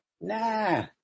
Nah